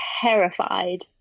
terrified